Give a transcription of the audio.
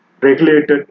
regulated